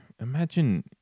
imagine